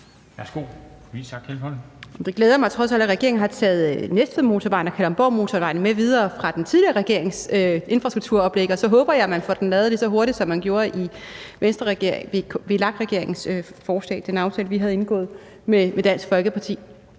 (V): Det glæder mig trods alt, at regeringen har taget Næstvedmotorvejen og Kalundborgmotorvejen med videre fra den tidligere regerings infrastrukturoplæg, og så håber jeg, at man får den lavet lige så hurtigt, som man gjorde i VLAK-regeringens forslag, altså den aftale, vi havde indgået med Dansk Folkeparti.